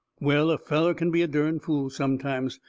well, a feller can be a derned fool sometimes.